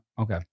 Okay